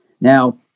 Now